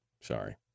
sorry